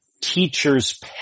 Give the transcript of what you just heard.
teacher's